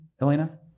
Elena